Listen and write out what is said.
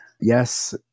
yes